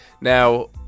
now